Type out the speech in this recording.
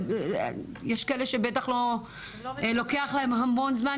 יש כאלה שבטח לוקח להן המון זמן,